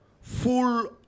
full